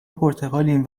پرتغالیم